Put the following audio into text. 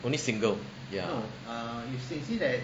only single ya